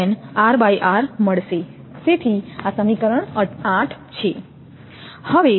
તેથી આ સમીકરણ 8 છે